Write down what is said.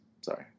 sorry